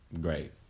Great